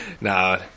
Nah